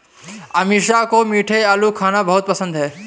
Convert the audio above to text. अमीषा को मीठे आलू खाना बहुत अधिक पसंद है